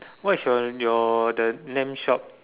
what is your your the name shop